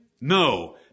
No